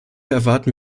erwarten